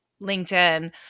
LinkedIn